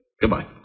Goodbye